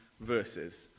verses